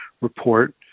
report